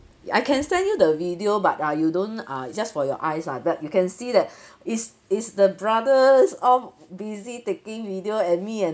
I can send you the video but ah you don't ah it's just for your eyes ah but you can see that is is the brothers all busy taking video and me and